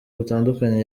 butandukanye